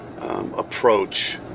approach